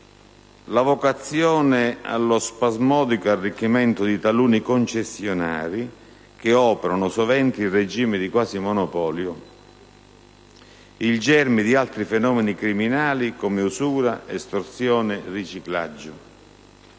la vocazione allo spasmodico arricchimento di taluni concessionari, che operano sovente in regime di quasi monopolio, il germe di altri fenomeni criminali come usura, estorsione, riciclaggio;